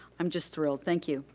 i'm just thrilled. thank you.